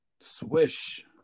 Swish